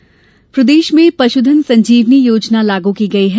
संजीवनी योजना प्रदेश में पशु धन संजीवनी योजना लागू की गई है